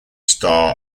star